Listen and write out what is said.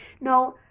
now